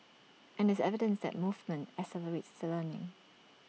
and there's evidence that movement accelerates the learning